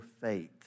faith